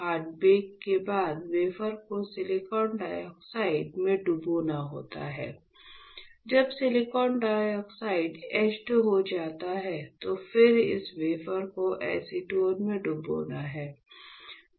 hard bake के बाद wafer को सिलिकॉन डाइऑक्साइड में डुबाना होता है जब सिलिकॉन डाइऑक्साइड एचड हो जाता है तो फिर इस वेफर को एसीटोन में डुबाना हैं